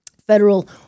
federal